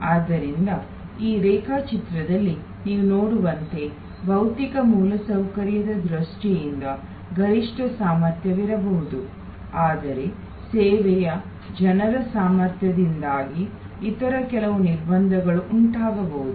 ಆದ್ದರಿಂದ ಈ ರೇಖಾಚಿತ್ರದಲ್ಲಿ ನೀವು ನೋಡುವಂತೆ ಭೌತಿಕ ಮೂಲಸೌಕರ್ಯದ ದೃಷ್ಟಿಯಿಂದ ಗರಿಷ್ಠ ಸಾಮರ್ಥ್ಯವಿರಬಹುದು ಆದರೆ ಸೇವೆಯ ಜನರ ಸಾಮರ್ಥ್ಯದಿಂದಾಗಿ ಇತರ ಕೆಲವು ನಿರ್ಬಂಧಗಳು ಉಂಟಾಗಬಹುದು